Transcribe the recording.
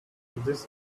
this